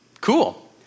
Cool